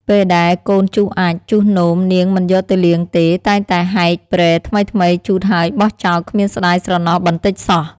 ពេលដែលកូនជុះអាចម៍ ជុះនោម នាងមិនយកទៅលាងទេ តែងតែហែកព្រែថ្មីៗជូតហើយបោះចោលគ្មានស្តាយស្រណោះបន្តិចសោះ។